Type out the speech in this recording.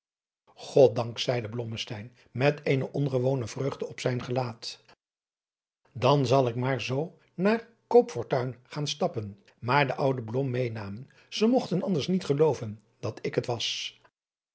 god dank zeide blommesteyn met eene ongewone vreugde op zijn gelaat dan zal ik maar zoo naar koopfortuin gaan stappen maar den ouden blom meênamen ze mogten anders niet gelooven dat ik het was